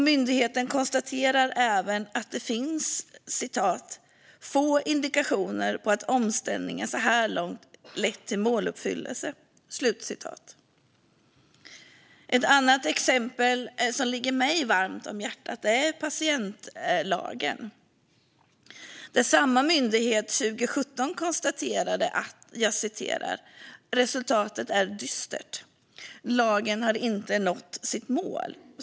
Myndigheten konstaterar även: "Det finns få indikationer på att omställningen så här långt har lett till måluppfyllelse." Ett annat exempel, som ligger mig varmt om hjärtat, är patientlagen. Samma myndighet konstaterade 2017: "Resultatet är dystert. Lagen har inte nått sitt mål."